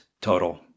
total